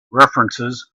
references